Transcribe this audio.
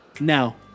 Now